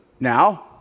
Now